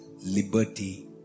liberty